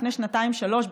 לפני שנתיים-שלוש,